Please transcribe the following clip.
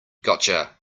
gotcha